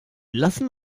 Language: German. lassen